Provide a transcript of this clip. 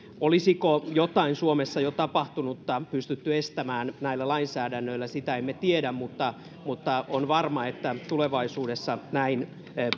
olisiko jotain suomessa jo tapahtunutta pystytty estämään näillä lainsäädännöillä sitä emme tiedä mutta mutta on varma että tulevaisuudessa näin